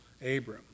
Abram